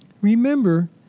Remember